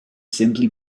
simply